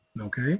Okay